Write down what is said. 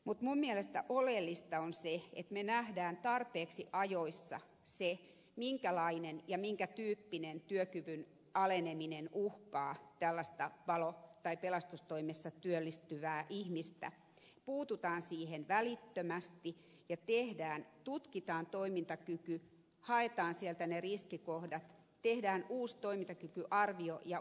mutta minun mielestäni oleellista on se että nähdään tarpeeksi ajoissa minkälainen ja minkä tyyppinen työkyvyn aleneminen uhkaa tällaista palo tai pelastustoimessa työllistyvää ihmistä puututaan siihen välittömästi ja tutkitaan toimintakyky haetaan sieltä ne riskikohdat tehdään uusi toimintakykyarvio ja ura arvio